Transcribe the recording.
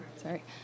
Sorry